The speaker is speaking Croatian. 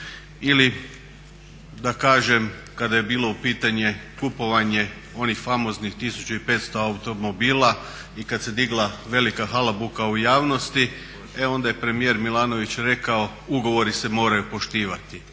Ili da kažem kada je bilo u pitanju kupovanje onih famoznih 1500 automobila i kad se digla velika halabuka u javnosti, e onda je premijer Milanović rekao ugovori se moraju poštivati.